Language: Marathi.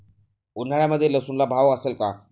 उन्हाळ्यामध्ये लसूणला भाव असेल का?